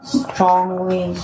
strongly